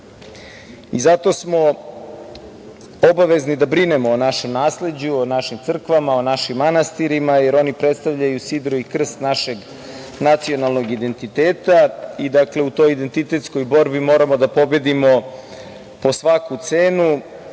Zato smo obavezni da brinemo o našem nasleđu, o našim crkvama, o našim manastirima, jer oni predstavljaju sidro i krst našeg nacionalnog identiteta.U toj identitetskoj borbi moramo da pobedimo po svaku cenu,